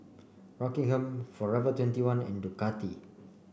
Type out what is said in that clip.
Rockingham Forever twenty one and Ducati